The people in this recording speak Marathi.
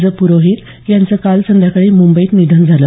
ज प्रोहित यांचं काल संध्याकाळी मुंबईत निधन झालं